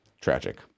tragic